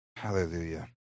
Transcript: Hallelujah